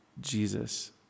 Jesus